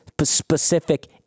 specific